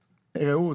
רעות.